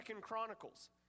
Chronicles